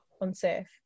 unsafe